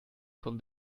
von